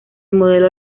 modelo